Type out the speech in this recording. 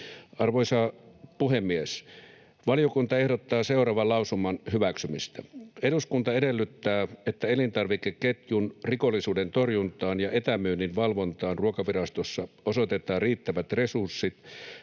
Arvoisa puhemies! Valiokunta ehdottaa seuraavan lausuman hyväksymistä: ”Eduskunta edellyttää, että elintarvikeketjun rikollisuuden torjuntaan ja etämyynnin valvontaan Ruokavirastossa osoitetaan riittävät resurssit,